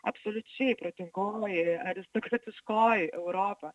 absoliučiai protingoji aristokratiškoji europa